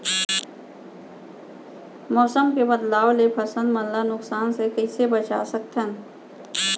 मौसम के बदलाव ले फसल मन ला नुकसान से कइसे बचा सकथन?